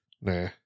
Nah